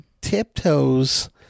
tiptoes